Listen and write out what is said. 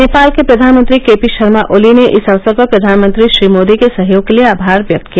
नेपाल के प्रधानमंत्री के पी शर्मा ओली ने इस अवसर पर प्रधानमंत्री श्री मोदी के सहयोग के लिए आमार व्यक्त किया